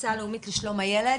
מהמועצה הלאומית לשלום הילד,